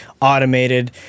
automated